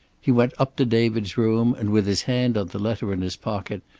he went up to david's room, and with his hand on the letter in his pocket,